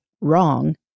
wrong